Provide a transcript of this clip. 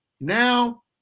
now